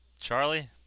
Charlie